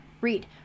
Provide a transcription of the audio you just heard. read